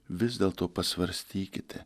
vis dėlto pasvarstykite